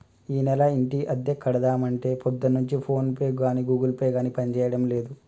ఈనెల ఇంటి అద్దె కడదామంటే పొద్దున్నుంచి ఫోన్ పే గాని గూగుల్ పే గాని పనిచేయడం లేదు